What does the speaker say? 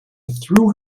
threw